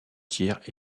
tiers